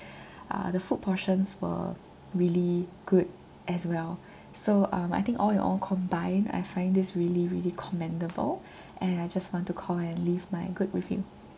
uh the food portions were really good as well so um I think all in all combined I find this really really commendable and I just want to call and leave my good review